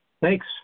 Thanks